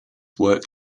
work